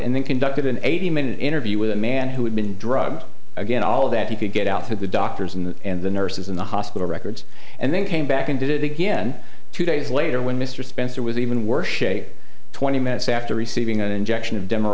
and then conducted an eighty minute interview with a man who had been drugged again all that he could get out to the doctors and the nurses in the hospital records and then came back and did it again two days later when mr spencer was even worse shape twenty minutes after receiving an injection of de